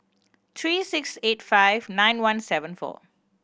three six eight five nine one seven four